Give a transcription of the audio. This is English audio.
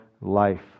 life